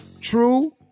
True